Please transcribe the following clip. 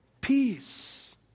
peace